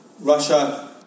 Russia